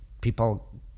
People